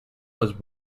was